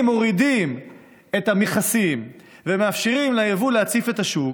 אם מורידים את המכסים ומאפשרים ליבוא להציף את השוק,